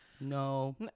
No